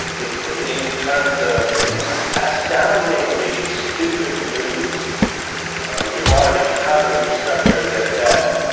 because in terms of astoundingly stupid moves regarding how to restructure their debt,